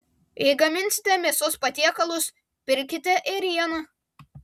jei gaminsite mėsos patiekalus pirkite ėrieną